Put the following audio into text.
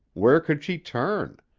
where could she turn?